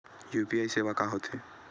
UPI सेवा का होथे?